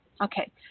Okay